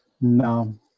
No